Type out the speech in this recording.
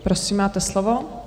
Prosím, máte slovo.